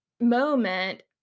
moment